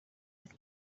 with